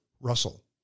Russell